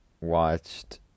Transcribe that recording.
watched